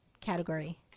category